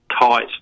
tight